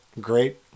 great